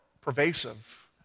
pervasive